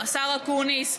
השר אקוניס,